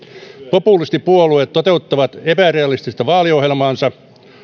populistipuolueet toteuttavat epärealistista vaaliohjelmaansa